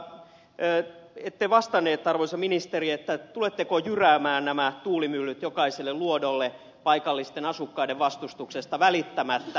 ette vastannut siihen arvoisa ministeri tuletteko jyräämään nämä tuulimyllyt jokaiselle luodolle paikallisten asukkaiden vastustuksesta välittämättä